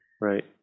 right